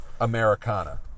Americana